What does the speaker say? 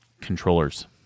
controllers